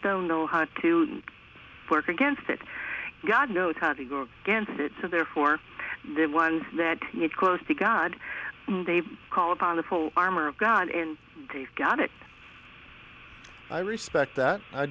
don't know how to work against it god knows how to go against it so therefore they're ones that need close to god they call upon the full armor of god and they've got it i respect that i